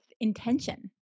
intention